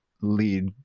lead